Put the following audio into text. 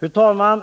Fru talman!